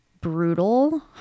brutal